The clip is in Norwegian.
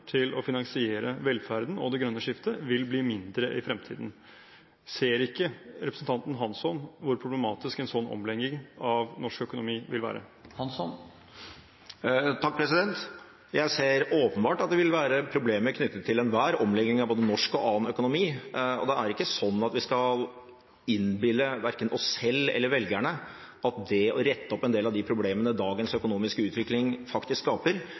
til å finansiere velferden og det grønne skiftet vil bli mindre i fremtiden. Ser ikke representanten Hansson hvor problematisk en sånn omlegging av norsk økonomi vil være? Jeg ser åpenbart at det vil være problemer knyttet til enhver omlegging av både norsk og annen økonomi. Det er ikke sånn at vi skal innbille verken oss selv eller velgerne at det å rette opp en del av de problemene dagens økonomiske utvikling faktisk skaper,